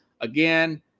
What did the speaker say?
Again